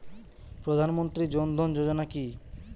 প্রধান মন্ত্রী জন ধন যোজনা কি?